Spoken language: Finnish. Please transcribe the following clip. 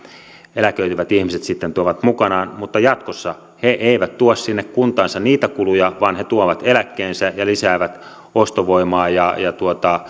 eläköityvät ihmiset sitten tuovat mukanaan mutta jatkossa he eivät tuo sinne kuntaansa niitä kuluja vaan he tuovat eläkkeensä ja lisäävät ostovoimaa ja